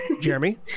Jeremy